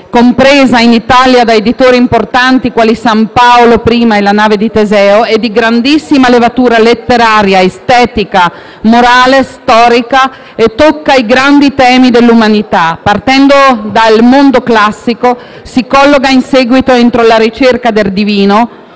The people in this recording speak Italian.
compresa in Italia da editori importanti quali San Paolo prima e La nave di Teseo, è di grandissima levatura letteraria, estetica, morale, storica e tocca i grandi temi dell'umanità. Partendo dal mondo classico, si colloca in seguito entro la ricerca del divino;